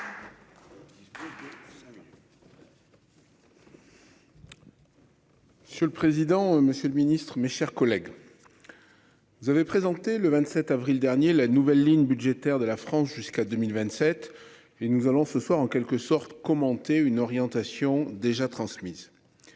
Sous le président. Monsieur le Ministre, mes chers collègues. Vous avez présenté le 27 avril dernier, la nouvelle ligne budgétaire de la France jusqu'à 2027 et nous allons ce soir en quelque sorte commenter une orientation déjà transmises.